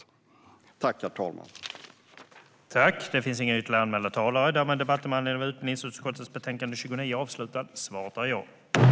Myndighetskapital vid universitet och högskolor